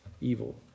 evil